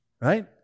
right